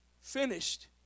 finished